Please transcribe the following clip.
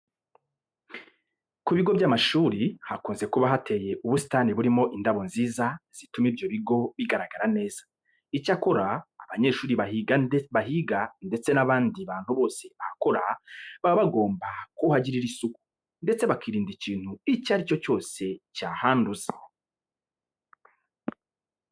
Ku bigo by'amashuri hakunze kuba hateye ubusitani burimo indabo nziza zituma ibyo bigo bigaragara neza. Icyakora abanyeshuri bahiga ndetse n'abandi bantu bose bahakora, baba bagomba kuhagirira isuku ndetse bakirinda ikintu icyo ari cyo cyose cyahanduza.